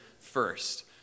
first